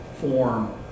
form